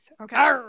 okay